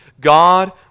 God